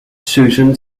susan